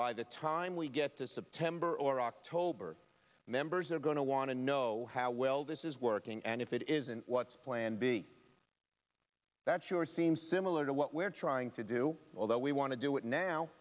by the time we get to september or october members are going to want to know how well this is working and if it isn't what's plan b that sure seems similar to what we're trying to do although we want to do it now